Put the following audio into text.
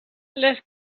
les